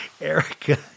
Erica